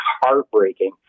heartbreaking